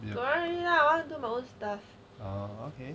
don't want lah I want to do my own stuff